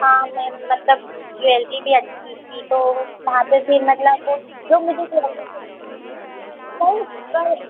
हाँ मैम मतलब ज्वेलरी भी अच्छी थी तो वहाँ पर भी मतलब जो मुझे चाहिए थे वही वही